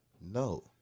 no